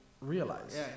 realize